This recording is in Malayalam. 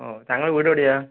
ഓ താങ്കളുടെ വീട് എവിടെയാണ്